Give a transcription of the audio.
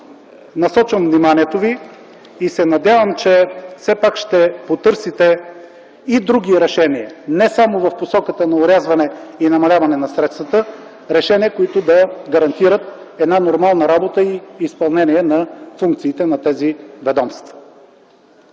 Насочвам вниманието ви и се надявам, че все пак ще потърсите и други решения не само в посоката на орязване и намаляване на средствата – решения, които да гарантират нормална работа и изпълнение на функциите на тези ведомства.